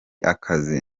akazi